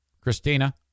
Christina